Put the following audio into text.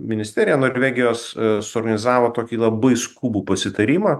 ministerija norvegijos suorganizavo tokį labai skubų pasitarimą